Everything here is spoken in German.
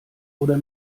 oder